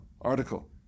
article